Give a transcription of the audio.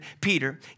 Peter